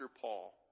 Paul